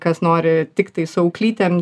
kas nori tiktai su auklytėm